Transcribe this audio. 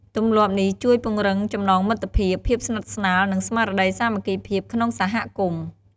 ទម្លាប់នេះជួយពង្រឹងចំណងមិត្តភាព ភាពស្និទ្ធស្នាល និងស្មារតីសាមគ្គីភាពក្នុងសហគមន៍។